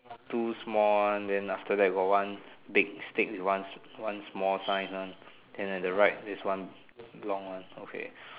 two small one then after that got one big stick one one small size one then at the right is one long one okay